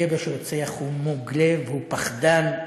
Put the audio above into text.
גבר שרוצח הוא מוג לב, הוא פחדן.